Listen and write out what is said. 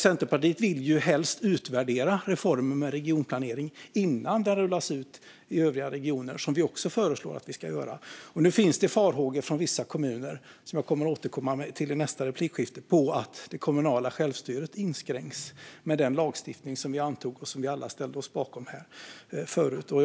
Centerpartiet vill helst utvärdera reformen med regionplanering innan den rullas ut i övriga regioner, som vi också föreslår att vi ska göra. Nu finns farhågor från vissa kommuner, som jag kommer att återkomma till i nästa replikskifte, om att det kommunala självstyret inskränks med den lagstiftning som vi antog och som vi alla ställde oss bakom här tidigare.